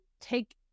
take